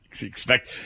Expect